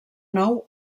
nou